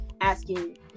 asking